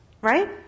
Right